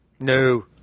No